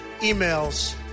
emails